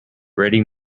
ready